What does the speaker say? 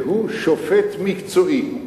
והוא שופט מקצועי.